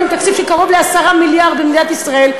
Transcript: תקציב של קרוב ל-10 מיליארד במדינת ישראל,